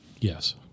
Yes